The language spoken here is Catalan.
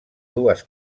dues